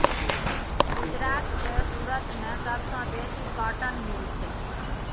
गुजरात केर सुरत मे सबसँ बेसी कॉटन मिल छै